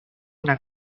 una